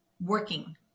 working